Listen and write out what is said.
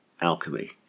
alchemy